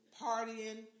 partying